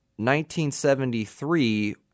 1973